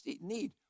need